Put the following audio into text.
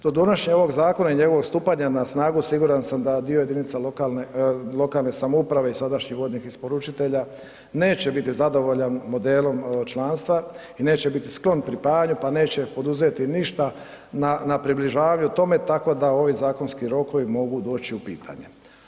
Do donošenja ovog zakona i njegovog stupanja na snagu siguran sam da dio jedinica lokalne samouprave i sadašnjih vodnih isporučitelja neće biti zadovoljan modelom članstva i neće biti sklon pripajanju, pa neće poduzeti ništa na približavanju tome, tako da ovi zakonski rokovi mogu doći u pitanje.